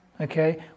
okay